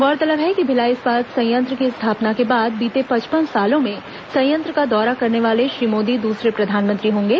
गौरतलब है कि भिलाई इस्पात संयंत्र की स्थापना के बाद बीते पचपन सालों में संयंत्र का दौरा करने वाले श्री मोदी दूसरे प्रधानमंत्री होंगे